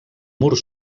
mur